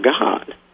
God